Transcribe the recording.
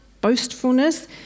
boastfulness